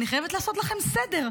אני חייבת לעשות לכם סדר.